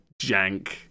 jank